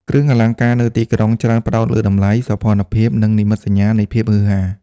គ្រឿងអលង្ការនៅទីក្រុងច្រើនផ្តោតលើតម្លៃ សោភ័ណភាព និងនិមិត្តសញ្ញានៃភាពហ៊ឺហា។